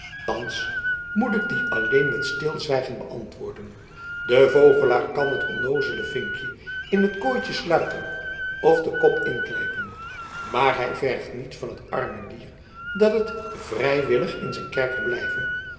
thans moet ik die alleen met stilzwijgen beantwoorden de vogelaar kan het onnoozele vinkje in t kooitje sluiten of den kop inknijpen maar hij vergt niet van het arme dier dat het vrijwillig in zijn kerker blijve